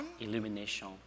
Illumination